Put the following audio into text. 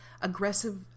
aggressive